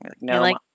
No